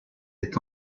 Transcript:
est